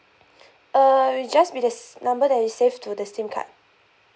uh it'll just be the number that you saved to the SIM card